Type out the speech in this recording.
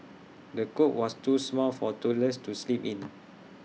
the cot was too small for toddlers to sleep in